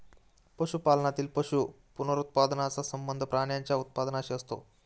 पशुपालनातील पशु पुनरुत्पादनाचा संबंध प्राण्यांच्या उत्पादनाशी असतो